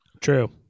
True